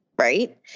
Right